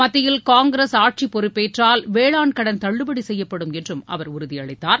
மத்தியில் காங்கிரஸ் ஆட்சிப் பொறுப்பேற்றால் வேளாண் கடன் தள்ளுபடி செய்யப்படும் என்றும் அவர் உறுதி அளித்தார்